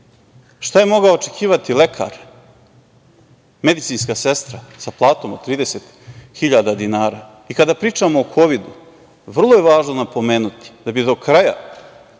Šta je mogao očekivati lekar, medicinska sestra sa platom od 30 hiljada dinara? Kada pričamo o kovidu vrlo je važno napomenuti da bi do kraja